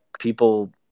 people